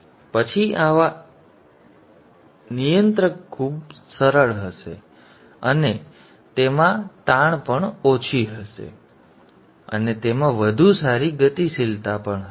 પછી આવા નિયંત્રક ખૂબ સરળ હશે અને તેમાં તાણ પણ ઓછી હશે અને તેમાં વધુ સારી ગતિશીલતા પણ હશે